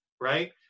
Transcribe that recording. Right